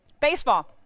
baseball